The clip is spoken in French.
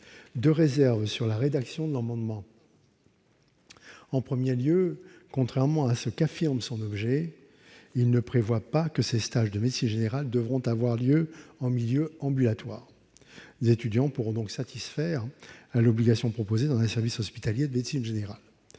deux réserves relatives à la rédaction de cet amendement. En premier lieu, contrairement à ce qui est affirmé dans son objet, son dispositif ne prévoit pas que ces stages de médecine générale devront avoir lieu en milieu ambulatoire ; les étudiants pourront satisfaire à l'obligation proposée dans les services hospitaliers de médecine générale.